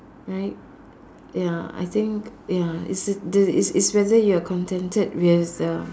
right ya I think ya is d~ is is whether you are contented with uh